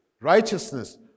righteousness